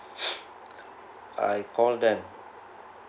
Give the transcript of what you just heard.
I called them